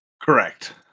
Correct